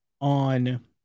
on